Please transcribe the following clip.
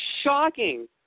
shocking